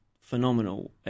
phenomenal